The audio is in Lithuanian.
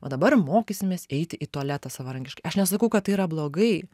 va dabar mokysimės eiti į tualetą savarankiškai aš nesakau kad tai yra blogai